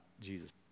Jesus